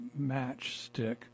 matchstick